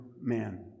man